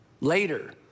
Later